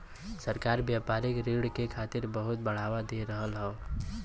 सरकार व्यापारिक ऋण के खातिर बहुत बढ़ावा दे रहल हौ